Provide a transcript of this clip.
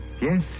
Yes